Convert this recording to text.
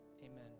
Amen